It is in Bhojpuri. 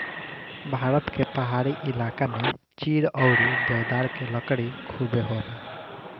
भारत के पहाड़ी इलाका में चीड़ अउरी देवदार के लकड़ी खुबे होला